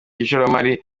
ishoramari